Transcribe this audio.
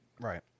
Right